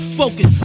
focus